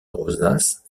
rosace